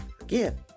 again